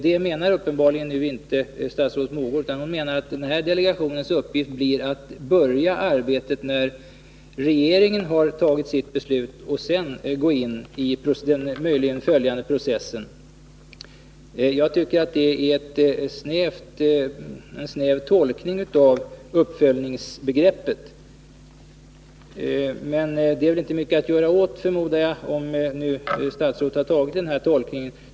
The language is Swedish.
Det menar uppenbarligen inte statsrådet Mogård, utan hon menar att delegationens uppgift blir att börja arbetet från den tidpunkt då regeringen fattade sitt beslut och sedan möjligen gå in i den följande processen. Jag tycker att det är en snäv tolkning av uppföljningsbegreppet, men jag förmodar att det inte är mycket att göra åt, om statsrådet nu gjort den tolkningen.